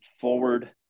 forward